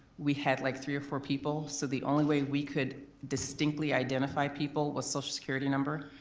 we had like three or four people. so the only way we could distinctly identify people was social security number